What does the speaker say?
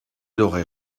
aurait